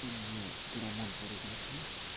अनि मलाई पुरा मन परेको पनि थियो